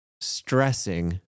stressing